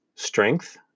Strength